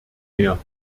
mehr